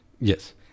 Yes